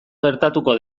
gertatuko